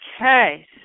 Okay